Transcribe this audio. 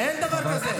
לא, אין דבר כזה.